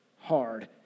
hard